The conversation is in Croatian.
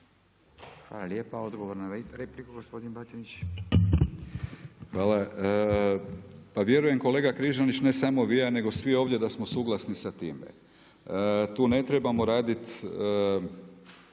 Hvala lijepa. Odgovor na repliku gospodin Batinić. **Batinić, Milorad (HNS)** Hvala. Pa vjerujem kolega Križanić ne samo vi nego svi ovdje da smo suglasni sa time. Tu ne trebamo raditi